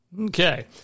Okay